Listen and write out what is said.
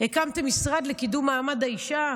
הקמת משרד לקידום מעמד האישה,